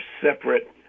separate